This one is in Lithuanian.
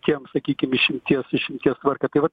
tiems sakykim išimties išimties tvarka tai vat